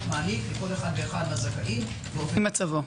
מעניק לכל אחד ואחד מן הזכאים לפי מצבו.